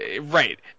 Right